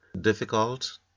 difficult